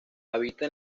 habita